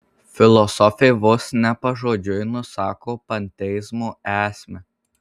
filosofė vos ne pažodžiui nusako panteizmo esmę